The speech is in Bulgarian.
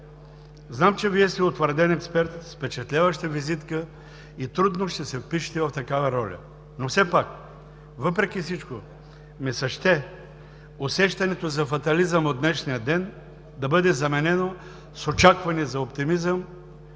Знам, че Вие сте утвърден експерт с впечатляваща визитка и трудно ще се впишете в такава роля, но все пак, въпреки всичко ми се ще усещането за фатализъм от днешния ден да бъде заменено с очакване за оптимизъм